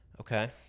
okay